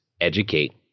educate